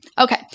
Okay